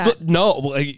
No